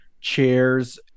chairs